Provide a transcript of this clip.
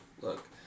Look